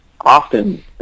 often